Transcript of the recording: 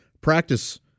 practice